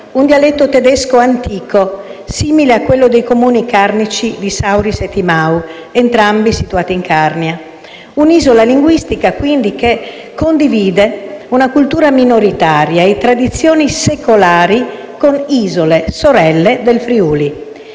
un dialetto tedesco antico, simile a quello dei Comuni carnici di Sauris e Timau, entrambi situati in Carnia. È un'isola linguistica, quindi, che condivide una cultura minoritaria e tradizioni secolari con isole sorelle del Friuli.